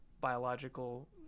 biological